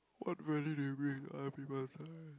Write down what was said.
what